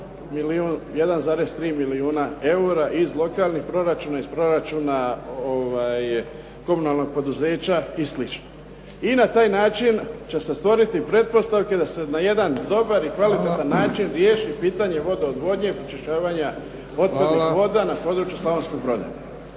1,3 milijuna eura iz lokalnih proračuna, iz proračuna komunalnog poduzeća i slično. I na taj način će se stvoriti pretpostavke da se na jedan dobar i kvalitetan način riješi pitanje vodoodvodnje, pročišćavanja otpadnih voda na području Slavnonskog broda.